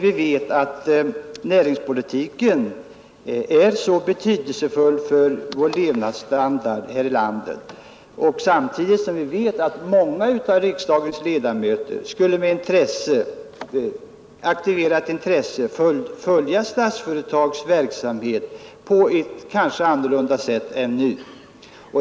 Vi vet att näringspolitiken är så betydelsefull för vår levnadsstandard här i landet. Vi vet också att många av riksdagens ledamöter då med aktiverat intresse skulle följa Statsföretag AB:s verksamhet.